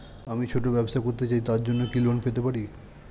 আমি ছোট ব্যবসা করতে চাই তার জন্য কি লোন পেতে পারি?